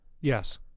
yes